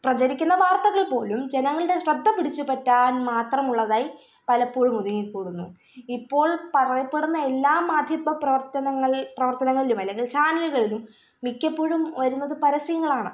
പ്രചരിക്കുന്ന വാര്ത്തകള്പ്പോലും ജനങ്ങളുടെ ശ്രദ്ധ പിടിച്ച് പറ്റാന് മാത്രമുള്ളതായി പലപ്പോഴും ഒതുങ്ങിക്കൂടുന്നു ഇപ്പോള് പറയപ്പെടുന്ന എല്ലാ മാധ്യമപ്രവര്ത്തനങ്ങളില് പ്രവര്ത്തനങ്ങളിലും അല്ലെങ്കില് ചാനല്കളിലും മിക്കപ്പൊഴും വരുന്നത് പരസ്യങ്ങളാണ്